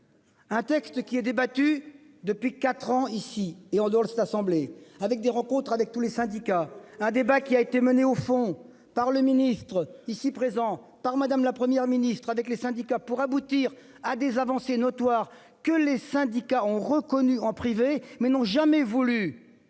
Un texte qui est débattu depuis 4 ans ici et en dehors de cette assemblée avec des rencontres avec tous les syndicats. Un débat qui a été menée au fond par le ministre ici présent par madame, la Première ministre avec les syndicats pour aboutir à des avancées notoires, que les syndicats ont reconnu en privé mais n'ont jamais voulu.